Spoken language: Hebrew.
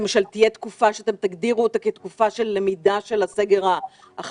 למשל תהיה תקופה שאתם תגדירו אותה כתקופה של למידה של הסגר החדש,